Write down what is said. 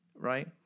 right